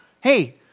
Hey